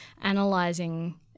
analyzing